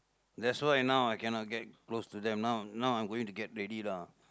that's why now I cannot get close to them now now I'm going to get ready lah